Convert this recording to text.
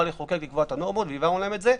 לחוקק ולקבוע את הנורמות והבהרנו להם את זה.